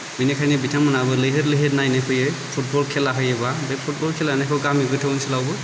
बेनिखायनो बिथांमोनाबो लैहोर लैहोर नायनो फैयो फुटबल खेला होयोब्ला बे फुटबल खेला होनायखौ गामि गोथौ ओनसोलावबो